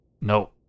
no